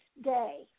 day